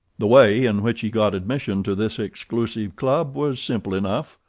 the way in which he got admission to this exclusive club was simple enough.